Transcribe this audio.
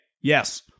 Yes